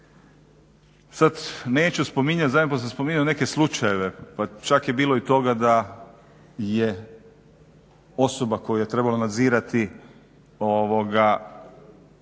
Sada neću spominjati, zadnjih put sam spominjao i neke slučajeve pa čak je bilo i toga da je osoba koju je trebalo nadzirati